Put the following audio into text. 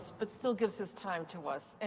but still gives his time to us. and